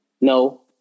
no